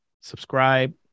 subscribe